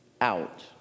out